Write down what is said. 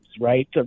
right